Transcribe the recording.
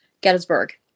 Gettysburg